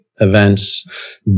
events